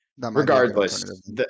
regardless